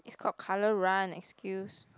it's called Colour Run excuse